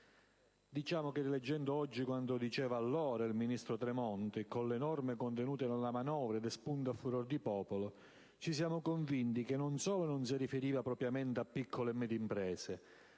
Diciamo che, rileggendo oggi quando diceva allora il ministro Tremonti, con le norme contenute nella manovra ed espunte a furor di popolo, ci siamo convinti che non solo non si riferiva propriamente a piccole e medie imprese,